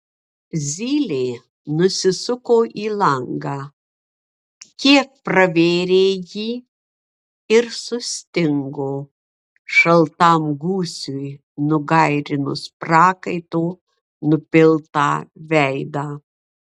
zylė nusisuko į langą kiek pravėrė jį ir sustingo šaltam gūsiui nugairinus prakaito nupiltą veidą